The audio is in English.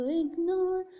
ignore